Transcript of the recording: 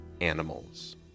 animals